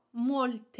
Molte